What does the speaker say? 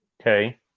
okay